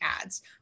ads